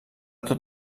tot